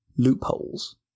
loopholes